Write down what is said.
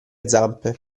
zampe